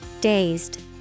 Dazed